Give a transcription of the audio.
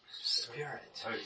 Spirit